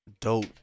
Dope